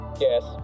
yes